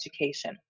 education